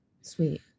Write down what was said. sweet